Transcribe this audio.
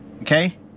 okay